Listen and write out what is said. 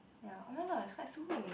ya oh my god it's quite